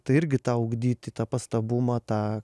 tai irgi tą ugdyti tą pastabumą tą